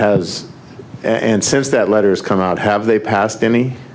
s and since that letters come out have they passed any